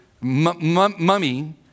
mummy